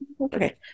Okay